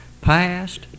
past